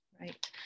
Right